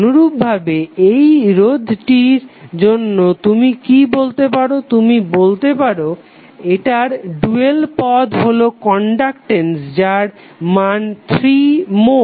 অনুরূপভাবে এই রোধটির জন্য তুমি কি বলতে পারো তুমি বলতে পারো এটার ডুয়াল পদ হলো কনডাকটেন্স যার মান 3 মো